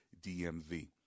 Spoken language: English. DMV